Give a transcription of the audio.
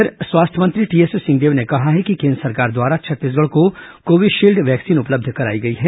इधर स्वास्थ्य मंत्री टीएस सिंहदेव ने कहा है कि केन्द्र सरकार द्वारा छत्तीसगढ़ को कोविशील्ड वैक्सीन उपलब्ध कराई गई है